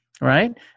right